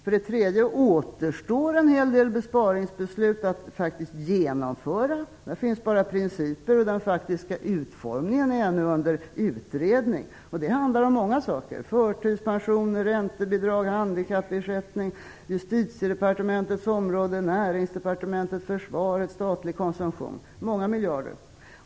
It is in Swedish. För det tredje återstår en hel del besparingsbeslut att genomföra. Där finns det bara principer, och den faktiska utformningen är ännu under utredning. Det handlar om många saker: förtidspensioner, räntebidrag, handikappersättning, Justitiedepartementets område, Näringsdepartementet, försvaret och statlig konsumtion - många miljarder.